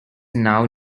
now